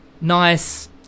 Nice